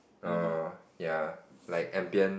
um ya like ambient